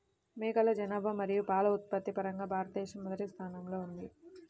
మేకల జనాభా మరియు పాల ఉత్పత్తి పరంగా భారతదేశం మొదటి స్థానంలో ఉంది